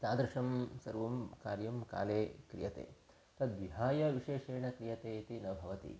तादृशं सर्वं कार्यं काले क्रियते तद्विहाय विशेषेण क्रियते इति न भवति